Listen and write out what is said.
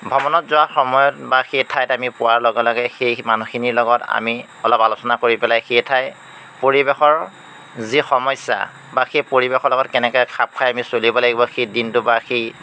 ভ্ৰমণত যোৱাৰ সময়ত বা সেই ঠাইত আমি পোৱাৰ লগে লগে সেই মানুহখিনিৰ লগত আমি অলপ আলোচনা কৰি পেলাই সেই ঠাইৰ পৰিৱেশৰ যি সমস্যা বা সেই পৰিৱেশৰ লগত কেনেকৈ খাপ খাই আমি চলিব লাগিব সেই দিনটো বা সেই